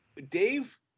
dave